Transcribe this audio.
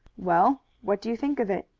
well, what do you think of it?